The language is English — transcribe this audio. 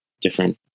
different